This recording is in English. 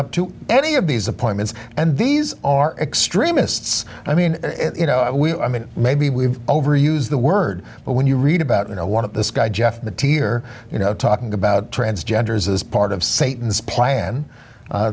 up to any of these appointments and these are extremists i mean you know we i mean maybe we've overuse the word but when you read about you know one of the sky jeff the tear you know talking about transgenders is part of satan's plan